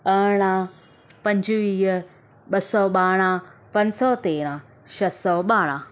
अरड़हां पंजुवीह ॿ सौ ॿारहां पंज सौ तेरहां छह सौ ॿारहां